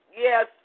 Yes